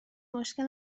مشکل